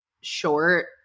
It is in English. short